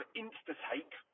insta-take